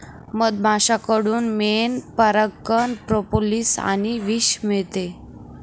मधमाश्यांकडून मेण, परागकण, प्रोपोलिस आणि विष मिळते